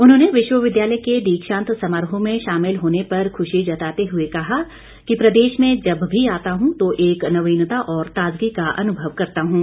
उन्होंने विश्वविद्यालय के दीक्षांत समारोह में शामिल होने पर खुशी जताते हुए कहा कि प्रदेश में जब भी आता हूं तो एक नवीनता और ताजगी का अनुभव करता हूं